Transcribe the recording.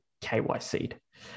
KYC'd